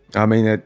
i mean, and